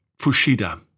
Fushida